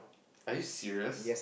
are you serious